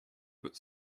but